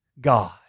God